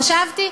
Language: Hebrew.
חשבתי,